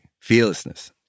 Fearlessness